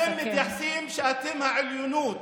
אתם מתייחסים שאתם העליונות,